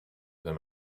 them